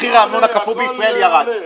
מחיר האמנון הקפוא בישראל ירד.